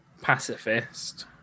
pacifist